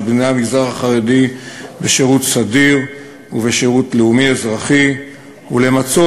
בני המגזר החרדי בשירות סדיר ובשירות לאומי-אזרחי ולמצות